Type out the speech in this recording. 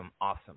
Awesome